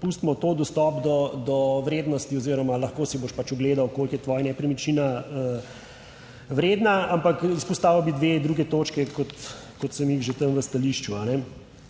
pustimo to. Dostop do vrednosti oziroma lahko si boš pač ogledal koliko je tvoja nepremičnina vredna? Ampak izpostavil bi dve točki, kot sem jih že tam v stališču.